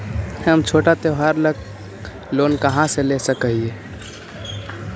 हम छोटा त्योहार ला लोन कहाँ से ले सक ही?